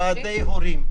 ועדי הורים,